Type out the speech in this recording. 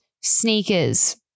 sneakers